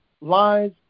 lies